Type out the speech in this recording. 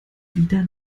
wieder